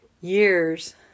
years